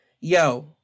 yo